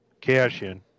cash-in